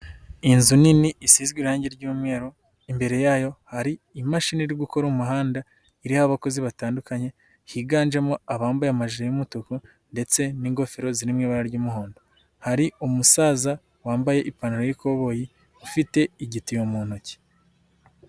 Inzu nini isizwe irangi ry'umweru, imbere yayo hari imashini iri gukora umuhanda, iriho abakozi batandukanye higanjemo abambaye amajire y'umutuku ndetse n'ingofero zirimo ibara ry'umuhondo, hari umusaza wambaye ipantaro y'ikoboyi ufite igitiyo mu ntoki.